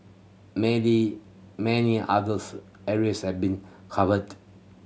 many many others areas have been covered